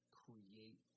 create